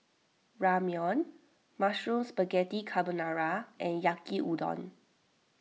Ramyeon Mushroom Spaghetti Carbonara and Yaki Udon